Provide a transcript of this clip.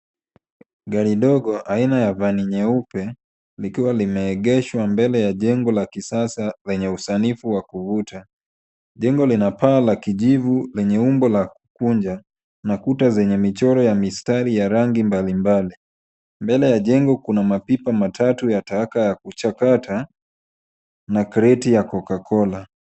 Gari dogo aina ya vani nyeupe likiwa limeegeshwa mbele ya jengo la kisasa lenye usanifu wa kuvuta. Jengo lina paa la kijivu lenye umbo la kukunja na kuta zenye michoro ya mistari ya rangi mbalimbali. Mbele ya jengo kuna mapipa matatu ya taka ya kuchakata na kreti ya Cocacola.